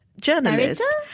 journalist